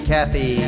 Kathy